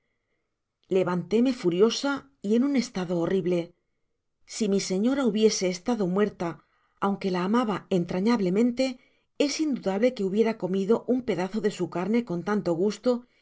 levantóme furiosa y en un estado horrible si mi señora hubiese iestado muerta aunque la amaba entrañablemente es indudable que hubiera comido un pedazo de su carne con tanto gusto y